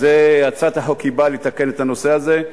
הצעת החוק באה לתקן את הנושא הזה.